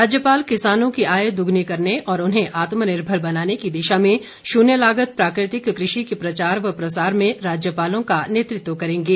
राज्यपाल किसानों की आय दोगुनी करने और उन्हें आत्मनिर्भर बनाने की दिशा में शून्य लागत प्राकृतिक कृषि के प्रचार व प्रसार में राज्यपालों का नेतृत्व करेंगे